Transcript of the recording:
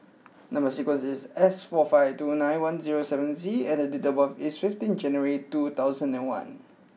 number sequence is S four five two nine one zero seven Z and date of birth is fifteen January two thousand and one